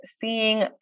seeing